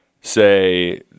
say